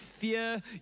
fear